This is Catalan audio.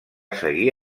seguir